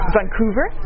Vancouver